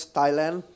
Thailand